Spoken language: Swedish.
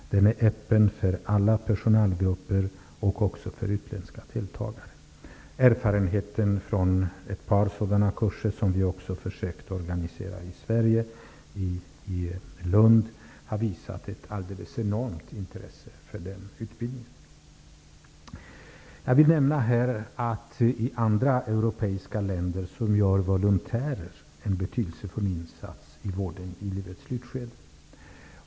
Den är öppen för alla personalgrupper och även för utländska deltagare. Erfarenheterna från ett par sådana kurser, som vi också har försökt att organisera i Sverige, i Lund, visar att det finns ett enormt intresse för sådan utbildning. Jag vill här nämna att i andra europeiska länder gör volontärer en betydelsefull insats i vården i livets slutskede.